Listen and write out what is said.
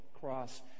cross